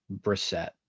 brissette